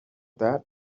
that